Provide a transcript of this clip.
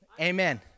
amen